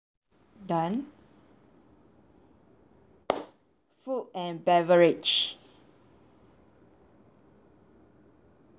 done food and beverage